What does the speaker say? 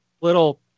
little